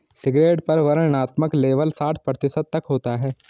cigarette पर वर्णनात्मक label साठ प्रतिशत तक होता है